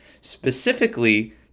Specifically